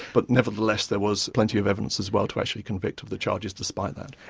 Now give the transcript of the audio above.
but nevertheless there was plenty of evidence as well to actually convict of the charges despite that.